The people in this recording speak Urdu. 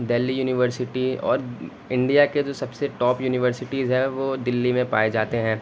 دہلی یونیورسٹی اور انڈیا کی جو سب سے ٹاپ یونیورسٹیز ہیں وہ دلی میں پائے جاتی ہیں